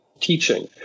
teaching